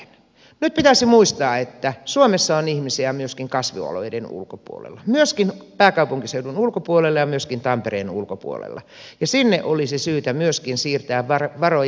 nyt pitäisi muistaa että suomessa on ihmisiä myöskin kasvualueiden ulkopuolella myöskin pääkaupunkiseudun ulkopuolella ja myöskin tampereen ulkopuolella ja myöskin sinne olisi syytä siirtää varoja